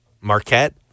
Marquette